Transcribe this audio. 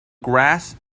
grass